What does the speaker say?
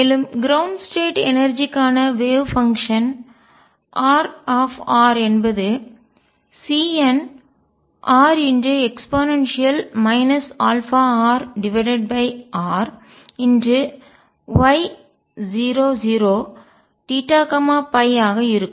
மேலும் ground state நிலை energy க்கான ஆற்றல் வேவ் பங்ஷன் அலை செயல்பாடு R என்பது Cnre αrrY00θϕ ஆக இருக்கும்